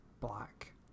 black